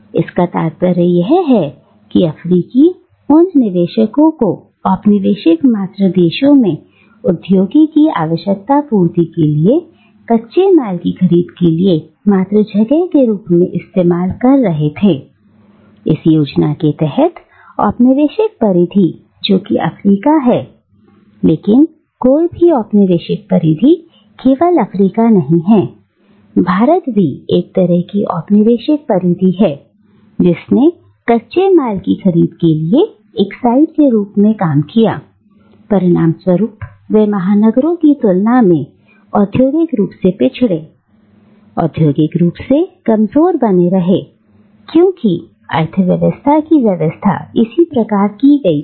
इसका तात्पर्य यह है कि अफ्रीकी उप निवेशकों को औपनिवेशिक मात्र देश में उद्योगों की आवश्यकता पूर्ति के लिए कच्चे माल की खरीद के लिए मात्र जगह के रूप में इस्तेमाल किया गया था और इस योजना के तहत औपनिवेशिक परिधि जो कि अफ्रीका है लेकिन कोई भी औपनिवेशिक परिधि केवल अफ्रीका नहीं है भारत भी एक तरह की औपनिवेशिक परिधि है जिसने कच्चे माल की खरीद के लिए एक साइड के रूप में काम किया परिणाम स्वरूप वे महानगरों की तुलना में औद्योगिक रूप से पिछड़े औद्योगिक रूप से कमजोर बने रहे क्योंकि अर्थव्यवस्था की व्यवस्था इसी प्रकार की गई थी